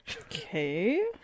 Okay